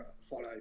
follow